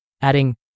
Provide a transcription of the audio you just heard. Adding